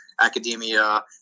academia